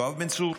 יואב בן צור.